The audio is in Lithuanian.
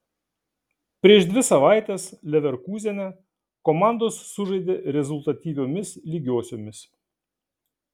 prieš dvi savaites leverkūzene komandos sužaidė rezultatyviomis lygiosiomis